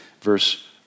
verse